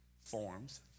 forms